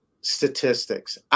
statistics